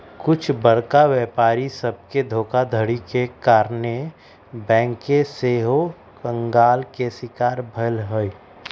कुछ बरका व्यापारी सभके धोखाधड़ी के कारणे बैंक सेहो कंगाल के शिकार भेल हइ